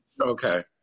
okay